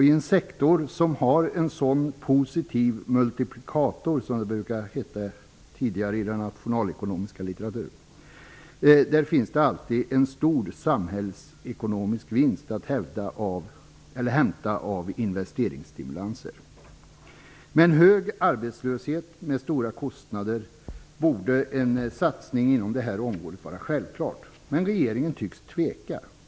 I en sektor som har en sådan positiv multiplikator, som det brukade heta tidigare i den nationalekonomiska litteraturen, finns det alltid en stor samhällsekonomisk vinst att hämta av investeringsstimulanser. Med en hög arbetslöshet till stora kostnader borde en satsning inom detta område vara självklar. Men regeringen tycks tveka.